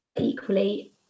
equally